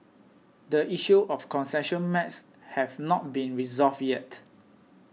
the issue of concession maps have not been resolved yet